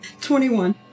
Twenty-one